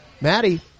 Maddie